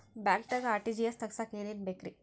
ಬ್ಯಾಂಕ್ದಾಗ ಆರ್.ಟಿ.ಜಿ.ಎಸ್ ತಗ್ಸಾಕ್ ಏನೇನ್ ಬೇಕ್ರಿ?